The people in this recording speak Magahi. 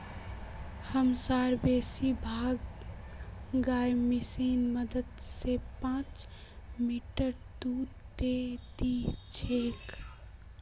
हमसार बेसी भाग गाय मशीनेर मदद स पांच मिनटत दूध दे दी छेक